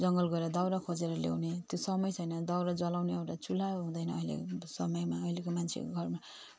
जङ्गल गएर दाउरा खोजेर ल्याउने त्यो समय छैन दाउरा जलाउने एउटा चुला छैन अहिलेको समयमा अहिलेको मान्छेको घरमा